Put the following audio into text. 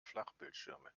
flachbildschirme